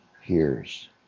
hears